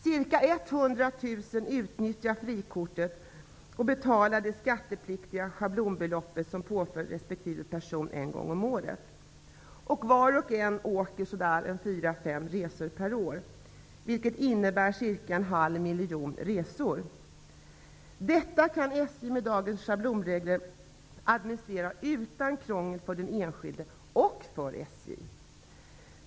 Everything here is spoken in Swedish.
Var och en åker 4--5 gånger per år, vilket innebär ca en halv miljon resor. Detta kan SJ med dagens schablonregler administrera utan krångel för den enskilde och för SJ.